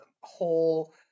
whole